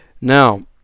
Now